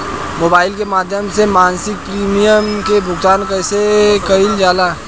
Mobile के माध्यम से मासिक प्रीमियम के भुगतान कैसे कइल जाला?